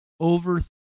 Over